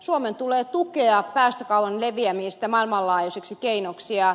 suomen tulee tukea päästökaupan leviämistä maailmanlaajuiseksi keinoksi